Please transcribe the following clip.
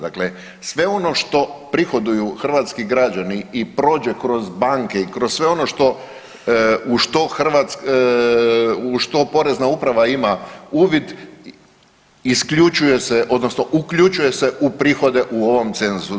Dakle, sve ono što prihoduju hrvatski građani i prođe kroz banke i kroz sve ono u što Porezna uprava ima uvid isključuju se odnosno uključuje se u prihode u ovom cenzusu.